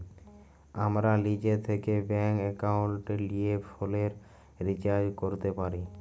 আমরা লিজে থ্যাকে ব্যাংক একাউলটে লিয়ে ফোলের রিচাজ ক্যরতে পারি